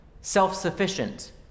self-sufficient